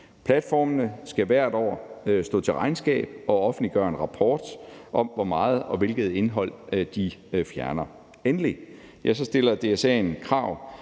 Platformene skal hvert år stå til regnskab og offentliggøre en rapport om, hvor meget og hvilket indhold de fjerner. Endelig stiller DSA'en krav,